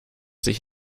sich